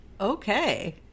Okay